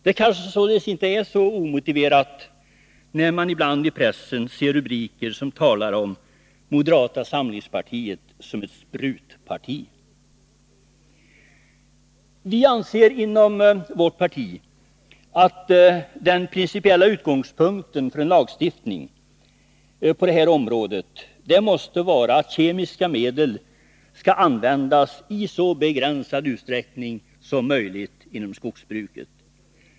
Det är kanske inte så omotiverat, när man ibland i pressen ser rubriker som talar om moderata samlingspartiet som ett sprutparti. Vi anser inom vårt parti, att den principiella utgångspunkten för en lagstiftning på det här området måste vara att kemiska medel skall användas i så begränsad utsträckning som möjligt inom skogsbruket.